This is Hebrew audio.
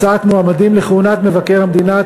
הצעת מועמדים לכהונת מבקר המדינה),